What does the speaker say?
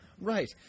Right